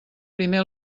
primer